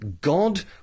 God